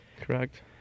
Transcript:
Correct